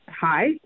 Hi